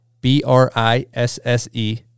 B-R-I-S-S-E